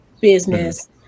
business